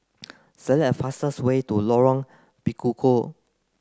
select fastest way to Lorong Bekukong